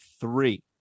three